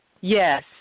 Yes